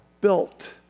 built